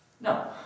No